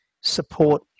support